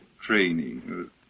training